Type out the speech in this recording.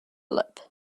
lip